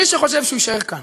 מי שחושב שהוא יישאר כאן